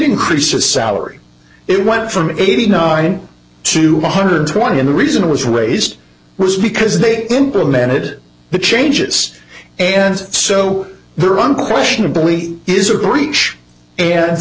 increase a salary it went from eighty nine to one hundred twenty and the reason was raised was because they implemented the changes and so there are unquestionably is a